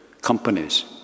companies